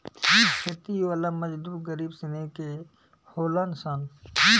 खेती वाला मजदूर गरीब श्रेणी के होलन सन